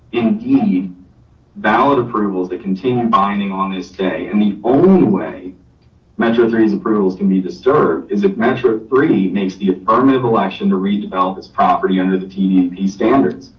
indeed valid approvals that continue binding on this day. and the only way metro three's approvals can be disturbed is if metric three makes the affirmative election to redevelop this property under the tddp standards.